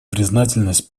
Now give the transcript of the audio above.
признательность